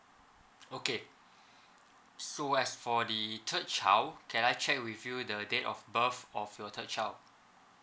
okay so as for the third child can I check with you the date of birth of your third child